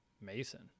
Mason